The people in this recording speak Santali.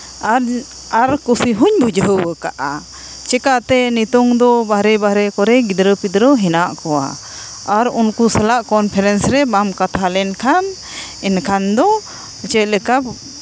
ᱟᱨ ᱟᱨ ᱠᱩᱥᱤ ᱦᱩᱧ ᱵᱩᱡᱷᱟᱹᱣᱟᱠᱟᱫᱼᱟ ᱪᱤᱠᱟᱹᱛᱮ ᱱᱤᱛᱳᱝ ᱫᱚ ᱵᱟᱦᱨᱮ ᱵᱟᱦᱨᱮ ᱠᱚᱨᱮ ᱜᱤᱫᱽᱨᱟᱹᱼᱯᱤᱫᱽᱨᱟᱹ ᱦᱮᱱᱟᱜ ᱠᱚᱣᱟ ᱟᱨ ᱩᱱᱠᱩ ᱥᱟᱞᱟᱜ ᱠᱚᱱᱯᱷᱟᱨᱮᱱᱥ ᱨᱮ ᱵᱟᱢ ᱠᱟᱛᱷᱟ ᱞᱮᱱ ᱠᱷᱟᱱ ᱮᱱᱠᱷᱟᱱ ᱫᱚ ᱪᱮᱫᱞᱮᱠᱟ